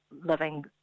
living